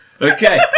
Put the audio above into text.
Okay